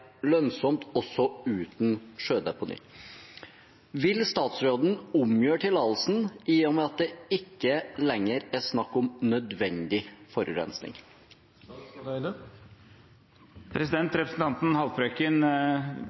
lønnsomt også uten sjødeponi. Vil statsråden omgjøre tillatelsen i og med at det ikke lenger er snakk om nødvendig forurensing?» Representanten Haltbrekken